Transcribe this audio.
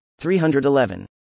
311